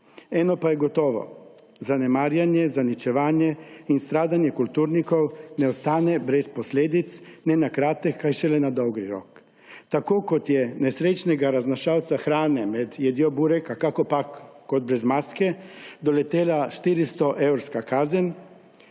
Eno pa je gotovo, zanemarjanje, zaničevanje in stradanje kulturnikov ne ostane brez posledic ne na kratek, kaj šele na dolgi rok. Tako kot je nesrečnega raznašalca hrane med jedjo bureka, kakopak kot brez maske, doletela 400-evrska kazen,